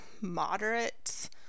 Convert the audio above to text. moderate